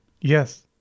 Yes